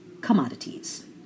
commodities